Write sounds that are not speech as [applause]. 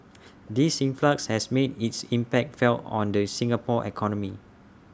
[noise] this influx has made its impact felt on the Singapore economy